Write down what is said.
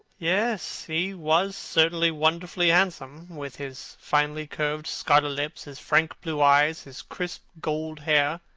yes, he was certainly wonderfully handsome, with his finely curved scarlet lips, his frank blue eyes, his crisp gold hair.